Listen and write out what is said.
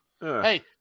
Hey